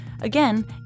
again